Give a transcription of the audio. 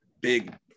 big